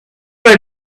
was